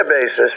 basis